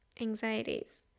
anxieties